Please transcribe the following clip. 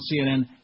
CNN